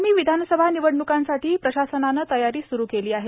आगामी विधानसभा निवडणुकांसाठी प्रशासनानं तयारी सुरू केली आहे